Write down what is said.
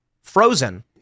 frozen